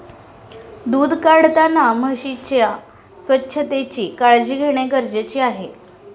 दूध काढताना म्हशीच्या स्वच्छतेची काळजी घेणे गरजेचे आहे